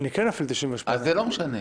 אני כן אפעיל 98. אז זה לא משנה.